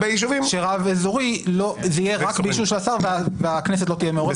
הגיוני שרב אזורי יהיה רק מישהו שהשר מאשר והכנסת לא תהיה מעורבת.